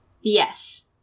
Yes